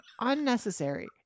unnecessary